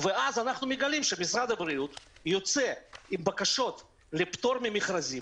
ואז אנחנו מגלים שמשרד הבריאות יוצא עם בקשות לפטור ממכרזים